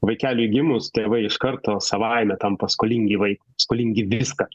vaikeliui gimus tėvai iš karto savaime tampa skolingi vaikui skolingi viską